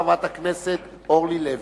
חברת הכנסת אורלי לוי.